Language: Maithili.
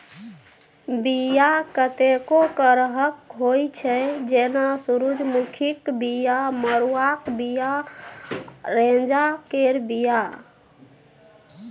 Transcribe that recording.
बीया कतेको करहक होइ छै जेना सुरजमुखीक बीया, मरुआक बीया आ रैंचा केर बीया